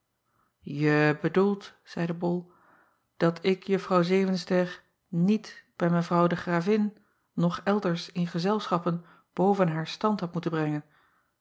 e bedoelt zeide ol dat ik uffrouw evenster niet bij evrouw de ravin noch elders in gezelschappen boven haar stand had moeten brengen